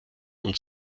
und